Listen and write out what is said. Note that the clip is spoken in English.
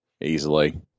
easily